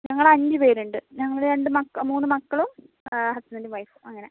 ഞങ്ങൾ അഞ്ച് പേരുണ്ട് ഞങ്ങളുടെ മൂന്ന് മക്കളും ഹസ്ബൻഡും വൈഫും അങ്ങനെ